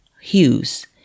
hues